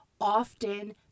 often